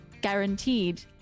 Guaranteed